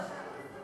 ועדה?